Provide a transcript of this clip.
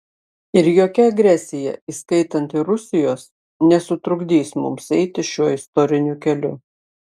ir jokia agresija įskaitant ir rusijos nesutrukdys mums eiti šiuo istoriniu keliu